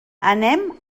anem